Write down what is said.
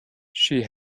she